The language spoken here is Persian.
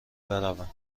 بروم